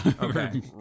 Okay